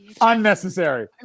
Unnecessary